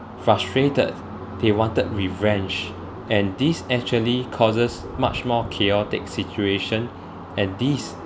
frustrated they wanted revenge and these actually causes much more chaotic situation and these